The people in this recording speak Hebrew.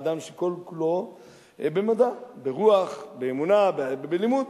אדם שכל-כולו במדע, ברוח, באמונה, בלימוד.